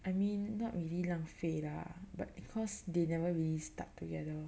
I mean not really 浪费 lah but because they never really stuck together